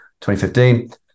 2015